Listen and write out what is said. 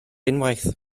unwaith